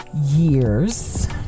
years